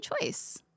choice